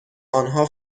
آنها